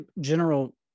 general